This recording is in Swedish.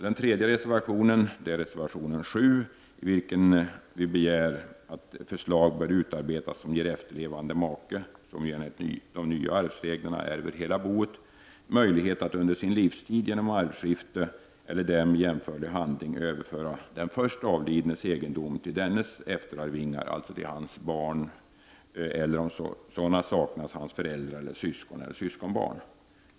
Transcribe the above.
Den tredje reservationen är reservation 7, i vilken vi begär att förslag bör utarbetas som ger efterlevande make, som enligt de nya arvsreglerna ärver hela boet, möjlighet att under sin livstid genom arvsskifte eller därmed jämförlig handling överföra den först avlidnes egendom till dennes efterarvingar, alltså till hans barn, eller om sådana saknas, till hans föräldrar, syskon eller syskonbarn.